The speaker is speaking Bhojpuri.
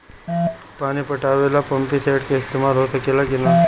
पानी पटावे ल पामपी सेट के ईसतमाल हो सकेला कि ना?